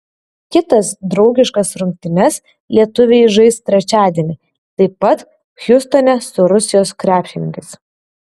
kitas draugiškas rungtynes lietuviai žais trečiadienį taip pat hjustone su rusijos krepšininkais